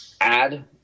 add